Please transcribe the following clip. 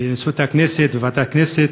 בזכות הכנסת וועדת הכנסת,